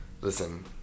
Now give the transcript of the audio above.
listen